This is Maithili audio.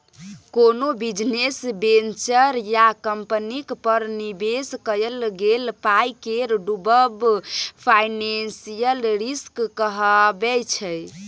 कोनो बिजनेस वेंचर या कंपनीक पर निबेश कएल गेल पाइ केर डुबब फाइनेंशियल रिस्क कहाबै छै